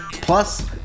Plus